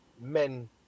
men